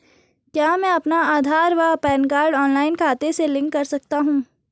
क्या मैं अपना आधार व पैन कार्ड ऑनलाइन खाते से लिंक कर सकता हूँ?